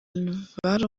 álvaro